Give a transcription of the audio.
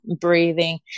breathing